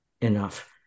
enough